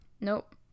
Nope